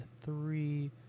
three